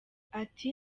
ati